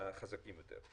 החזקים יותר.